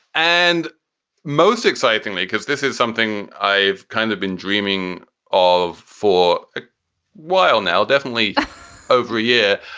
and most excitingly, because this is something i've kind of been dreaming of for a while now, definitely over a year.